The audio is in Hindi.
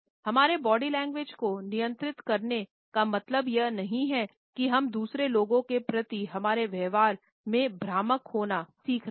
हमारे बॉडी लैंग्वेज को नियंत्रित करने का मतलब यह नहीं है कि हम दूसरे लोगों के प्रति हमारे व्यवहार में भ्रामक होना सीख रहे है